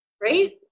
Right